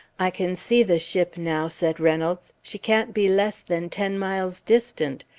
i can see the ship now, said reynolds. she can't be less than ten miles distant.